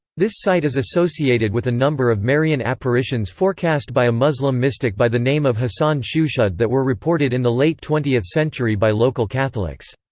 this site is associated with a number of marian apparitions forecast by a muslim mystic by the name of hasan shushud that were reported in the late twentieth century by local catholics.